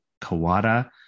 Kawada